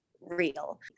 real